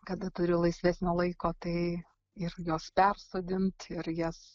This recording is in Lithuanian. kada turi laisvesnio laiko tai ir jos persodint ir jas